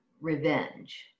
revenge